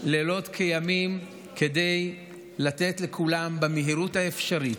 לילות כימים כדי לתת לכולם את המענה במהירות האפשרית,